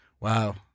Wow